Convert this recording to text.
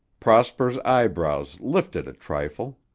prosper's eyebrows lifted a trifle.